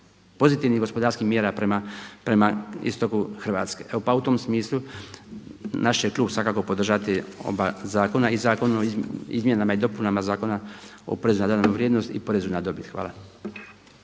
pozitivnih gospodarskih mjera prema istoku Hrvatske. Pa u tom smislu naš će klub svakako podržati oba zakona i zakon o izmjenama i dopunama Zakona o poreza na dodanu vrijednost i porezu na dobit. Hvala.